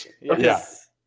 Yes